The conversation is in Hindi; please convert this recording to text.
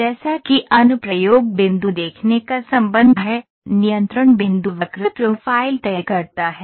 जैसा कि अनुप्रयोग बिंदु देखने का संबंध है नियंत्रण बिंदु वक्र प्रोफ़ाइल तय करता है